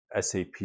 SAP